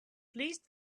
please